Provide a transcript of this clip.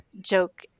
joke